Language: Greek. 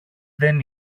δεν